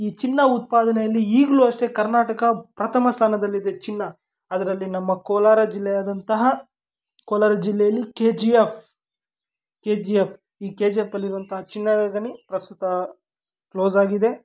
ಈ ಚಿನ್ನ ಉತ್ಪಾದನೆಯಲ್ಲಿ ಈ ಅಷ್ಟೇ ಕರ್ನಾಟಕ ಪ್ರಥಮ ಸ್ಥಾನದಲ್ಲಿದೆ ಚಿನ್ನ ಅದರಲ್ಲಿ ನಮ್ಮ ಕೋಲಾರ ಜಿಲ್ಲೆ ಆದಂತಹ ಕೋಲಾರ ಜಿಲ್ಲೆಯಲ್ಲಿ K G F K G F ಈ ಕೆ ಜಿ ಎಫಲ್ಲಿ ಇರುವಂತಹ ಚಿನ್ನದ ಗಣಿ ಪ್ರಸ್ತುತ ಕ್ಲೋಸಾಗಿದೆ